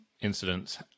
incidents